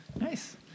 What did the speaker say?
Nice